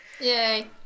Yay